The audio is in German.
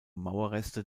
mauerreste